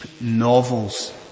novels